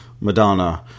Madonna